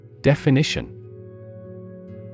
Definition